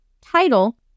title